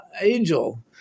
angel